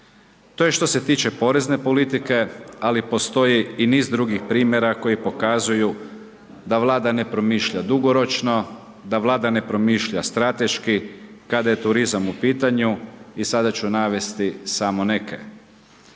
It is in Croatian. To je što se tiče porezne politike ali postoji i niz drugih primjera koji pokazuju da Vlada ne promišlja dugoročno, da Vlada ne promišlja strateški kada je turizam u pitanju i sada ću navesti samo neke.